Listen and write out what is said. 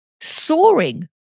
soaring